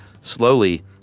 slowly